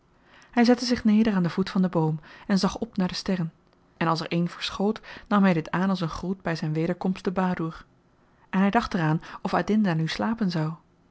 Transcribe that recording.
hy zette zich neder aan den voet van den boom en zag op naar de sterren en als er een verschoot nam hy dit aan als een groet by zyn wederkomst te badoer en hy dacht er aan of adinda nu slapen zou